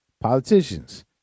Politicians